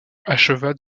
acheva